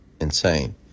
insane